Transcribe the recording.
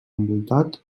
envoltat